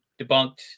debunked